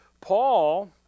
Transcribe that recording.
Paul